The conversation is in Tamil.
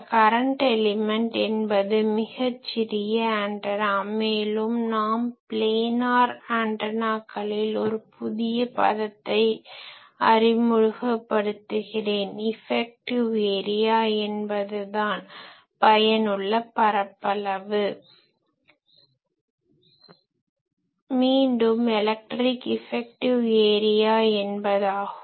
கரன்ட் எலிமென்ட் என்பது மிகச்சிறிய ஆன்டனா மேலும் நாம் ப்ளேனார் ஆன்டனாக்களில் Planar antenna தள ஆன்டனா ஒரு புதிய பதத்தை அறிமுகப்படுத்துகிறேன் இஃபெக்டிவ் ஏரியா effective area பயனுள்ள பரப்பளவு என்பதுதான் மீண்டும் எலக்ட்ரிக் இஃபெக்டிவ் ஏரியா என்பதாகும்